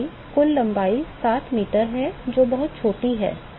कुल लंबाई 7 मीटर है जो बहुतछोटी है